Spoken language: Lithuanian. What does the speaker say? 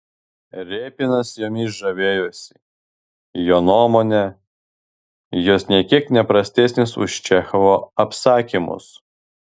repinas jomis žavėjosi jo nuomone jos nė kiek ne prastesnės už čechovo apsakymus